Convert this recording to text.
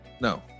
No